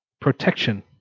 protection